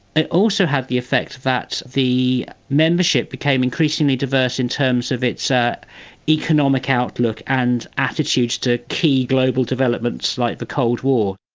it also had the effect that the membership became increasingly diverse in terms of its ah economic outlook and attitudes to key global developments like the cold war.